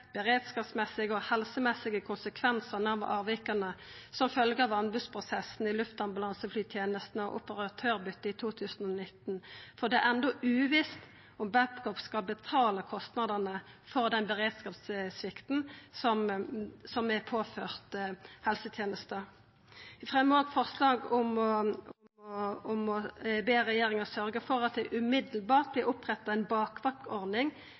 beredskapsmessige og helsemessige konsekvensene og avvikene som følge av anbudsprosessen i luftambulanseflytjenesten og operatørbyttet i 2019.» For det er enno uvisst om Babcock skal betala kostnadene for den beredskapssvikten som er påført helsetenesta. Vi fremjar òg, saman med Arbeidarpartiet og SV, forslag om å be regjeringa sørgja for at det straks vert oppretta ei bakvaktordning